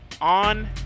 on